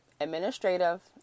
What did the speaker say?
administrative